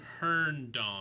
Herndon